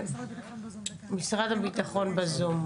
משרד הביטחון בזום,